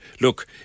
Look